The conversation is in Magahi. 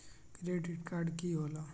क्रेडिट कार्ड की होला?